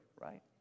right